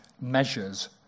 measures